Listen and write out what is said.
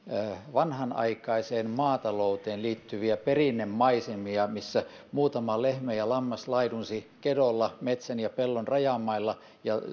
vanhanaikaiseen maata louteen liittyviä perinnemaisemia missä muutama lehmä ja lammas laidunsivat kedolla metsän ja pellon rajamailla ja